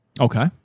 Okay